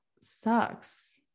sucks